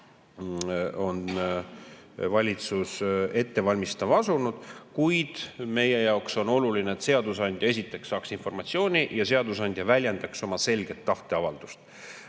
on juba ette valmistama asunud, kuid meie jaoks on oluline, et seadusandja saaks informatsiooni ja seadusandja väljendaks oma selget tahet.